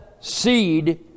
seed